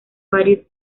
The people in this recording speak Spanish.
varios